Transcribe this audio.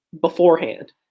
beforehand